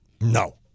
No